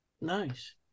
Nice